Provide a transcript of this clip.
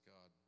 God